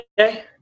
okay